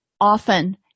often